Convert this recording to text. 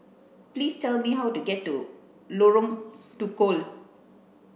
please tell me how to get to Lorong Tukol